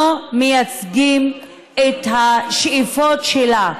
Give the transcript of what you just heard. לא מייצגים את השאיפות שלה,